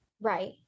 right